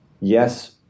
yes